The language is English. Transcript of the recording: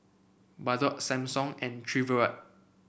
Bardot Samsung and Chevrolet